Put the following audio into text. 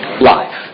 life